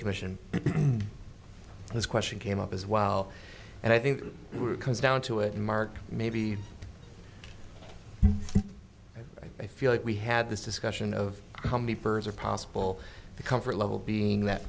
commission this question came up as well and i think we're down to it mark maybe i feel like we had this discussion of how many birds are possible the comfort level being that